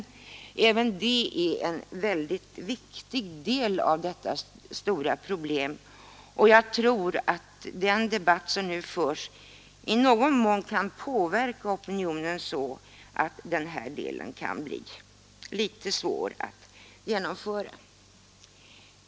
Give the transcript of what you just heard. Även dessa ting utgör en mycket viktig del av det stora problemkomplexet. Jag tror att den debatt som nu förs om brott och brottsstatistik i någon mån kan påverka och har påverkat opinionen så att just denna del blir svårare att genomföra.